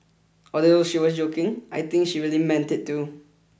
although she was joking I think she really meant it too